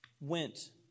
went